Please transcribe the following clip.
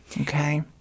Okay